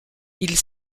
ils